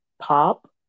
pop